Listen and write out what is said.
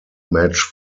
match